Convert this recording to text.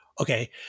okay